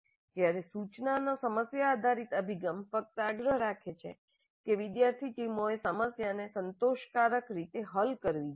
જ્યાંરે સૂચનાનો સમસ્યા આધારિત અભિગમ ફક્ત આગ્રહ રાખે છે કે વિદ્યાર્થી ટીમોએ સમસ્યાને સંતોષકારક રીતે હલ કરવી જોઈએ